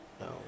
No